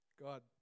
God